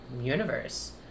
universe